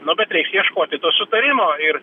nu bet reiks ieškoti to sutarimo ir